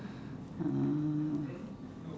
uh